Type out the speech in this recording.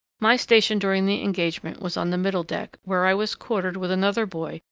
my station during the engagement was on the middle-deck, where i was quartered with another boy,